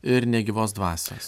ir nė gyvos dvasios